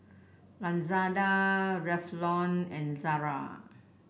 Lazada Revlon and Zara